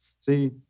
See